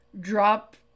drop